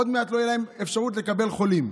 עוד מעט לא תהיה להם אפשרות לקבל חולים.